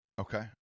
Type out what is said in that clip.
Okay